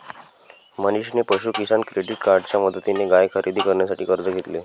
मनीषने पशु किसान क्रेडिट कार्डच्या मदतीने गाय खरेदी करण्यासाठी कर्ज घेतले